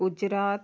Gujarat